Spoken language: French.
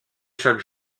chaque